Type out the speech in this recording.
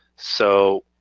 so,